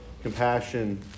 compassion